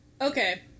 Okay